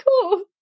Cool